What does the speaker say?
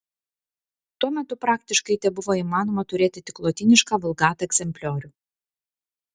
tuo metu praktiškai tebuvo įmanoma turėti tik lotynišką vulgata egzempliorių